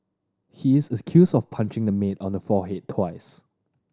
he is accused of punching the maid on the forehead twice